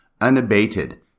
unabated